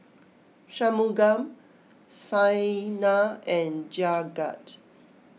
Shunmugam Saina and Jagat